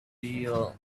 deal